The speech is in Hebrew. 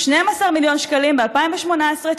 12 מיליון שקלים ב-2018,